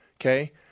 Okay